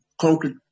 concrete